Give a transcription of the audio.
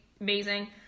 amazing